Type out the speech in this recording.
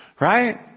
Right